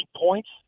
points